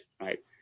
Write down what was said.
right